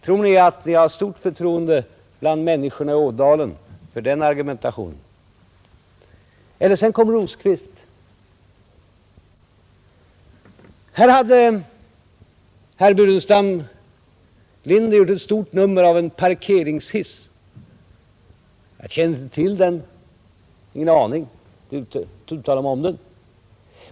Tror ni att ni har stort förtroende bland människorna i Ådalen för den argumentationen? Sedan kommer Birger Rosqvist. Här hade herr Burenstam Linder gjort ett stort nummer av en parkeringshiss. Jag känner inte till den, har ingen aning om den.